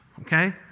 okay